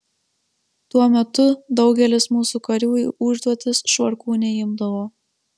tuo metu daugelis mūsų karių į užduotis švarkų neimdavo